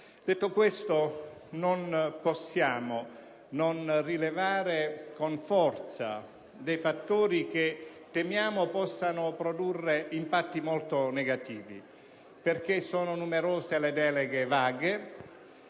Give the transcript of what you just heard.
Detto questo, non possiamo non rilevare con forza alcuni fattori che temiamo possano produrre impatti molto negativi. Sono numerose le deleghe vaghe